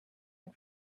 and